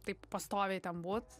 taip pastoviai ten būt